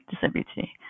disability